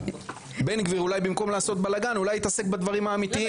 בן גביר אולי במקום לעשות בלאגן אולי יתעסק בדברים האמיתיים,